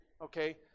Okay